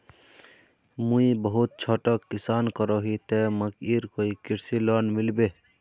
मुई बहुत छोटो किसान करोही ते मकईर कोई कृषि लोन मिलबे?